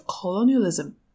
colonialism